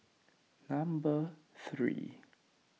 number three